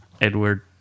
Edward